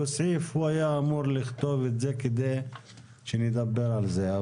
סעיף היה אמור לכתוב את זה כדי שנדבר על זה.